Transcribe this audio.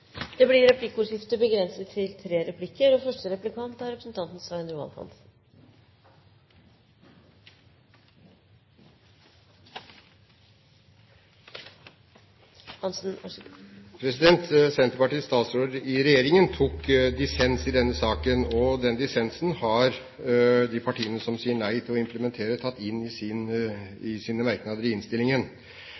Det blir replikkordskifte. Senterpartiets statsråder i regjeringen tok dissens i denne saken, og den dissensen har de partiene som sier nei til å implementere direktivet, tatt inn i